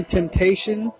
Temptation